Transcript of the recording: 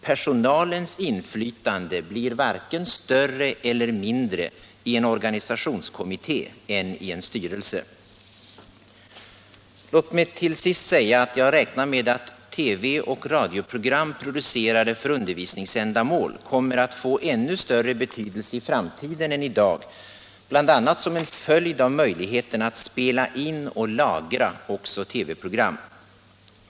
Personalens inflytande blir varken större eller mindre i en organisationskommitté än i en styrelse. Låt mig till sist säga att jag räknar med att TV och radioprogram producerade för undervisningsändamål kommer att få ännu större betydelse i framtiden än i dag, bl.a. som en följd av möjligheterna att spela in och lagra också TV-program.